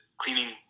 cleaning